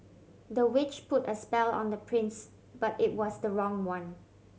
the witch put a spell on the prince but it was the wrong one